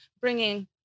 bringing